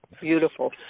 Beautiful